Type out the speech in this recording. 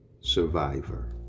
survivor